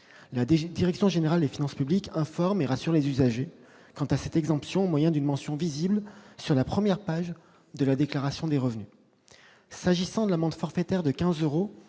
La direction générale des finances publiques informe et rassure les usagers quant à cette exemption au moyen d'une mention visible sur la première page de la déclaration des revenus. S'agissant de l'amende forfaitaire de 15 euros